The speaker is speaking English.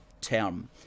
term